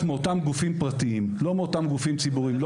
מאותם גופים פרטיים ולא מאותם גופים ציבוריים.